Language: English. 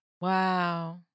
Wow